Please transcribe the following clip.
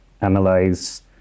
analyze